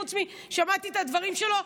חוץ מזה ששמעתי את הדברים שלו,